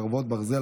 חרבות ברזל),